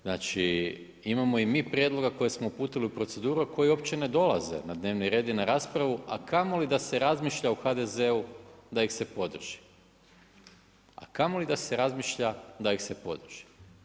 Znači imamo i mi prijedloga koje smo uputili u proceduru, a koji uopće ne dolaze na dnevni red i na raspravu, a kamoli da se razmišlja u HDZ-u da ih se podrži, a kamoli da se razmišlja da ih se podrži.